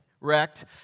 wrecked